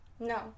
No